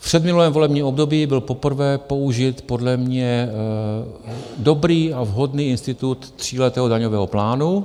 V předminulém volebním období byl poprvé použit podle mě dobrý a vhodný institut tříletého daňového plánu.